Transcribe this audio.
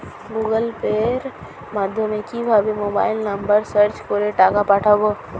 Google pay মাধ্যমে কিভাবে mobile number search করে টাকা পাঠাবো?